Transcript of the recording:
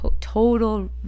total